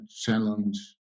challenge